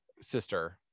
sister